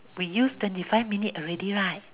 we use twenty five minute already right